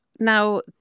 Now